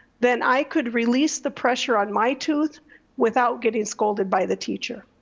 then i could release the pressure on my tooth without getting scolded by the teacher.